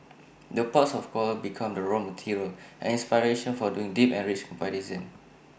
the ports of call become the raw material and inspiration for doing deep and rich comparison